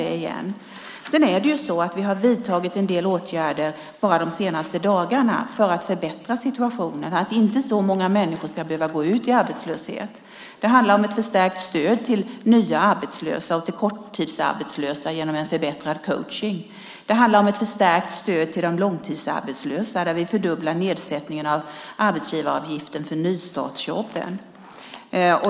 Låt mig säga det igen. Vi har vidtagit en del åtgärder bara de senaste dagarna för att förbättra situationen, för att inte så många människor ska behöva gå ut i arbetslöshet. Det handlar om ett förstärkt stöd till nya arbetslösa och korttidsarbetslösa genom en förbättrad coachning. Det handlar om ett förstärkt stöd till de långtidsarbetslösa, där vi fördubblar nedsättningen av arbetsgivaravgiften för nystartsjobben.